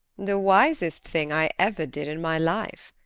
the wisest thing i ever did in my life.